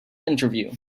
interview